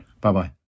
Bye-bye